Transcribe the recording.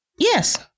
Yes